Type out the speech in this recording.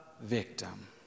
victim